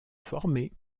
formés